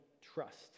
trust